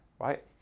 right